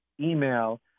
email